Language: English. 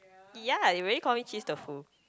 ya they really call me cheese tofu